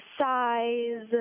size